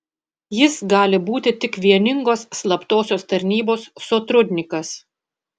jis gali būti tik vieningos slaptosios tarnybos sotrudnikas